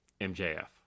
MJF